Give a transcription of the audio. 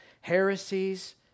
heresies